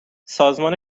سازمان